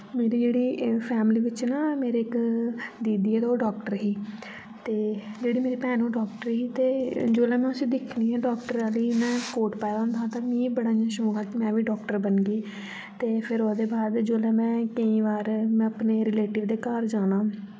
मेरी जेह्ड़ी फैमिली बिच्च न मेरे इक दीदी ऐ ते ओह् डाक्टर ही ते जेह्ड़ी मेरी भैन ओह् डाक्टर ही ते जोल्लै मैं उस्सी दिक्खनी आं डाक्टर आह्ली इ'यां कोट पाय दा होंदा हा ते मी इ'यां बड़ा शौक हा कि में बी डाक्टर बनगी ते फिर ओह्दे बाद जोल्लै में केई बार में अपने रिलेटिव दे घर जाना